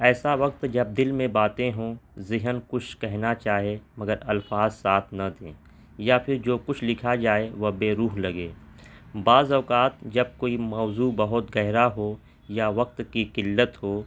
ایسا وقت جب دل میں باتیں ہوں ذہن کچھ کہنا چاہے مگر الفاظ ساتھ نہ دیں یا پھر جو کچھ لکھا جائے وہ بے رخ بعض اوقات جب کوئی موضوع بہت گہرا ہو یا وقت کی قِلّت ہو